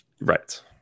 Right